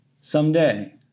Someday